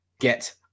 get